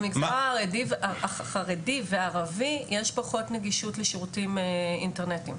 במגזר החרדי והערבי יש פחות נגישות לשירותים אינטרנטיים.